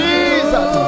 Jesus